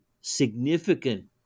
significant